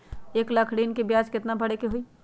एक लाख ऋन के ब्याज केतना भरे के होई?